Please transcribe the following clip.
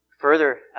further